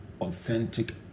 authentic